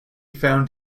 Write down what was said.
found